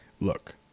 look